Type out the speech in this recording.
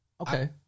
Okay